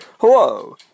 Hello